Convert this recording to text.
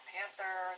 Panther